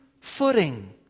footing